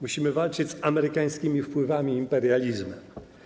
Musimy walczyć z amerykańskimi wpływami imperializmu.